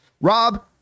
Rob